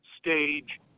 stage